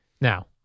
Now